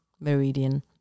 meridian